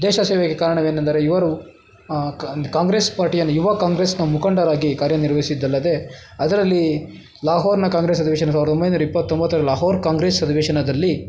ದೇಶ ಸೇವೆಗೆ ಕಾರಣವೇನೆಂದರೆ ಇವರು ಕಾಂಗ್ರೆಸ್ ಪಾರ್ಟಿಯನ್ನು ಯುವ ಕಾಂಗ್ರೆಸ್ನ ಮುಖಂಡರಾಗಿ ಕಾರ್ಯ ನಿರ್ವಹಿಸಿದ್ದಲ್ಲದೆ ಅದರಲ್ಲೀ ಲಾಹೋರ್ನ ಕಾಂಗ್ರೆಸ್ ಅಧಿವೇಶನ ಸಾವಿರ್ದ ಒಂಬೈನೂರ ಇಪ್ಪತ್ತೊಂಬತ್ತರ ಲಾಹೋರ್ ಕಾಂಗ್ರೆಸ್ ಅಧಿವೇಶನದಲ್ಲಿ